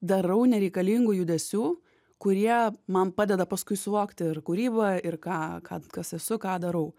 darau nereikalingų judesių kurie man padeda paskui suvokti ir kūrybą ir ką ka kas esu ką darau